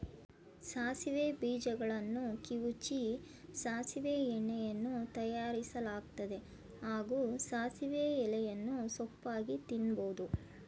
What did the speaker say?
ಸಾಸಿವೆ ಬೀಜಗಳನ್ನು ಕಿವುಚಿ ಸಾಸಿವೆ ಎಣ್ಣೆಯನ್ನೂ ತಯಾರಿಸಲಾಗ್ತದೆ ಹಾಗೂ ಸಾಸಿವೆ ಎಲೆಯನ್ನು ಸೊಪ್ಪಾಗಿ ತಿನ್ಬೋದು